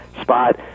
spot